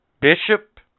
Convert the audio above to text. Bishop